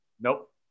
Nope